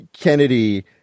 Kennedy